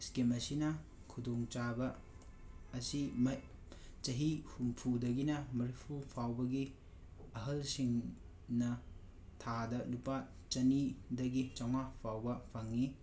scheme ꯑꯁꯤꯅ ꯈꯨꯗꯣꯡ ꯆꯥꯕ ꯑꯁꯤ ꯆꯥꯍꯤ ꯍꯨꯝꯐꯨꯗꯒꯤꯅ ꯃꯔꯤꯐꯨ ꯐꯥꯎꯕꯒꯤ ꯑꯍꯜꯁꯤꯡꯅ ꯊꯥꯗ ꯂꯨꯄꯥ ꯆꯥꯅꯤꯗꯒꯤ ꯆꯥꯝꯃꯉꯥ ꯐꯥꯎꯕ ꯐꯪꯉꯤ